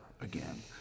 again